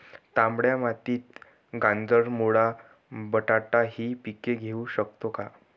तांबड्या मातीत गाजर, मुळा, बटाटा हि पिके घेऊ शकतो का?